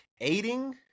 Aiding